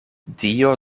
dio